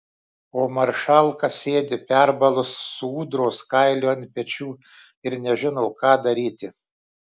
o maršalka sėdi perbalus su ūdros kailiu ant pečių ir nežino ką daryti